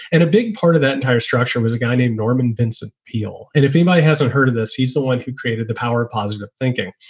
and a big part of that entire structure was a guy named norman vincent peale. and if he might hasn't heard of this, he's the one who created the power of positive thinking.